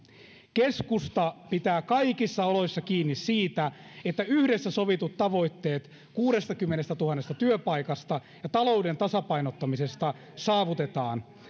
keskusta pitää kaikissa oloissa kiinni siitä että yhdessä sovitut tavoitteet kuudestakymmenestätuhannesta työpaikasta ja talouden tasapainottamisesta saavutetaan